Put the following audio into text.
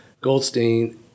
Goldstein